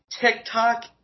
TikTok